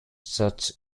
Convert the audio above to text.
such